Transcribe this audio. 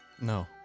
No